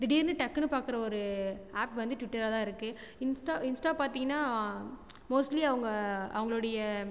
திடீர்னு டக்குன்னு பார்க்குற ஒரு ஆப் வந்து ட்விட்டராக தான் இருக்கு இன்ஸ்டா இன்ஸ்டா பார்த்திங்கனா மோஸ்ட்லி அவங்க அவங்களுடைய